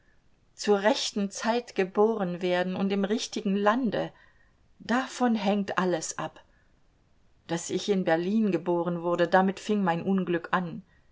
zur rechten zeit geboren werden und im richtigen lande davon hängt alles ab daß ich in berlin geboren wurde damit fing mein unglück an